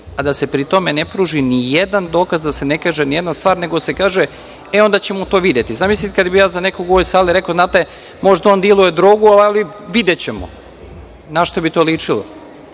a da se pri tom ne pruži nijedan dokaz, da se ne kaže nijedna stvar, nego se kaže – onda ćemo to videti. Zamislite kada bih ja za nekoga u ovoj sali rekao – znate, možda on diluje drogu, ali videćemo. Na šta bi to ličilo?